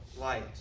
light